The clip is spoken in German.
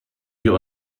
wir